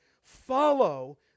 Follow